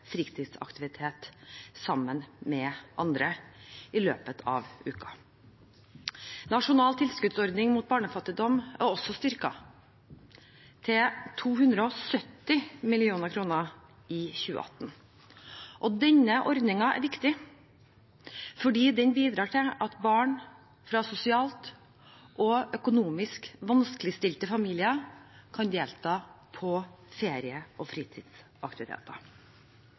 fritidsaktivitet sammen med andre i løpet av uken. Nasjonal tilskuddsordning mot barnefattigdom er også styrket, til 270 mill. kr i 2018. Denne ordningen er viktig, for den bidrar til at barn fra sosialt og økonomisk vanskeligstilte familier kan delta på ferie- og fritidsaktiviteter.